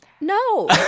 No